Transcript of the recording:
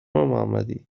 محمدی